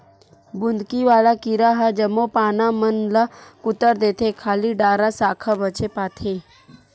बुंदकी वाला कीरा ह जम्मो पाना मन ल कुतर देथे खाली डारा साखा बचे पाथे